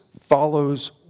follows